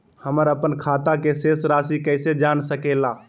हमर अपन खाता के शेष रासि कैसे जान सके ला?